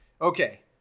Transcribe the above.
okay